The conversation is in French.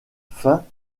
fins